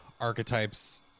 archetypes